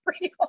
real